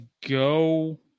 go